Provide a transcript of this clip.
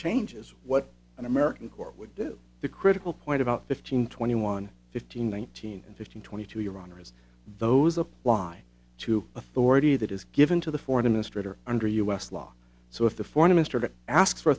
change is what an american court would do the critical point about fifteen twenty one fifteen nineteen and fifteen twenty two your honor is those apply to authority that is given to the foreign minister under u s law so if the foreign minister to ask for